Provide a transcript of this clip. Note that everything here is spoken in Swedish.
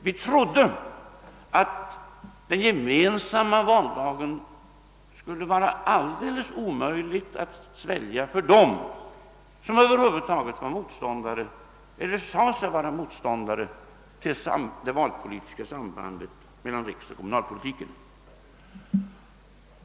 Vi ansåg att förslaget om den gemensamma valdagen skulle vara alldeles omöjligt att svälja för dem som över huvud taget var motståndare till eller som sade sig vara motståndare till det valpolitiska sambandet mellan riksoch kommunalpolitiken.